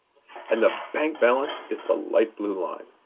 and the bank balance is the light blue line.